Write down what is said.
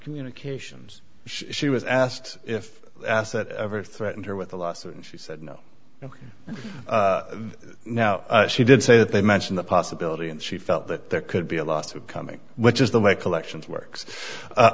communications she was asked if asset ever threatened her with a lawsuit and she said no now she did say that they mentioned the possibility and she felt that there could be a lawsuit coming which is the way collections works